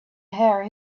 hair